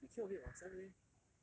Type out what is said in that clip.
no but we came up with it ourselves leh